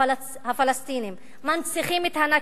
הפלסטינים, מנציחים את ה"נכבה"